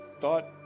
thought